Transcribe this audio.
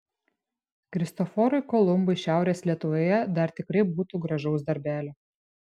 kristoforui kolumbui šiaurės lietuvoje dar tikrai būtų gražaus darbelio